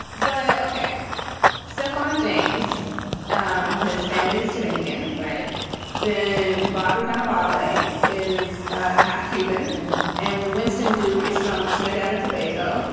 but ok stefan james um has families to make in right then bobby carnevale is half cuban and winston duke is from trinidad and tobago.